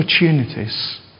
opportunities